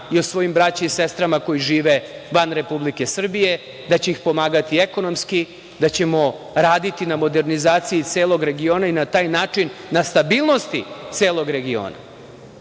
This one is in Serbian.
i o svojim braći i sestrama koji žive van Republike Srbije, da će ih pomagati ekonomski, da ćemo raditi na modernizaciji celog regiona i na taj način na stabilnosti celog regiona.